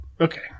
okay